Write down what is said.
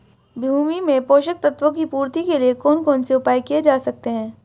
भूमि में पोषक तत्वों की पूर्ति के लिए कौन कौन से उपाय किए जा सकते हैं?